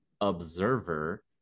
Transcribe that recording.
observer